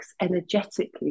energetically